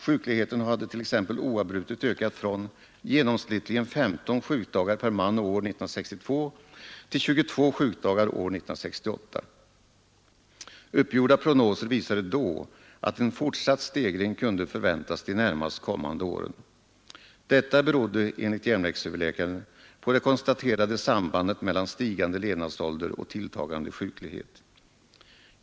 Sjukligheten hade t.ex. oavbrutet ökat från genomsnittligen 15 sjukdagar per man och år 1962 till 22 sjukdagar år 1968. Uppgjorda prognoser visade då att en fortsatt stegring kunde förväntas de närmast kommande åren. Detta berodde, enligt järnvägsöverläkaren, på det konstaterade sambandet mellan stigande levnadsålder och tilltagande sjuklighet.